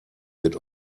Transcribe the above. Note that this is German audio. wird